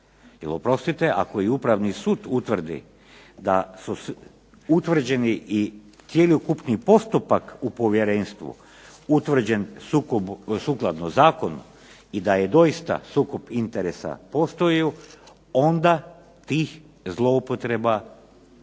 ako i Upravni sud utvrdi da su utvrđeni i cjelokupni postupak u povjerenstvu utvrđen sukladno zakonu i da je doista sukob interesa postoji onda tih zloupotreba